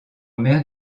mer